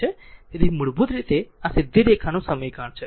તેથી મૂળભૂત રીતે આ સીધી રેખાનું સમીકરણ છે